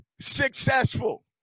successful